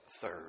third